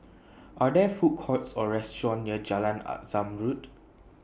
Are There Food Courts Or restaurants near Jalan Zamrud